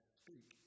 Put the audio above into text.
speak